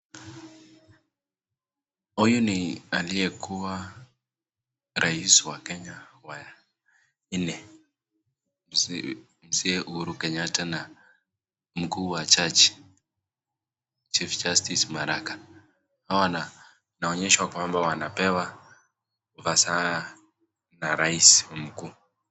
Huyu ni aliyekuwa rais wa Kenya wa nne mzee Uhuru Kenyatta na mkuu wa jaji chief justice Maraga, hawa wanaonyeshwa kwamba wanapewa fasaha na rais mkuu.